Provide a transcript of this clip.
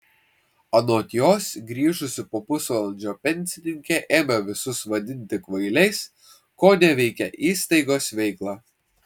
anot jos grįžusi po pusvalandžio pensininkė ėmė visus vadinti kvailiais koneveikė įstaigos veiklą